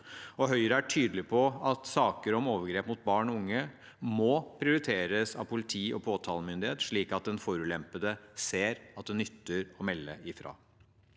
Høyre er tydelig på at saker om overgrep mot barn og unge må prioriteres av politi og påtalemyndighet, slik at den forulempede ser at det nytter å melde ifra.